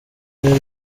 rero